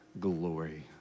glory